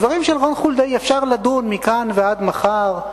הדברים של רון חולדאי, אפשר לדון מכאן ועד מחר,